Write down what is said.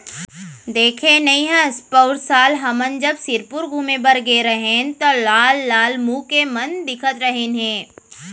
देखे नइ हस पउर साल हमन जब सिरपुर घूमें बर गए रहेन तौ लाल लाल मुंह के मन दिखत रहिन हे